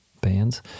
bands